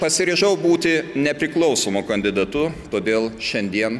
pasiryžau būti nepriklausomu kandidatu todėl šiandien